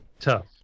tough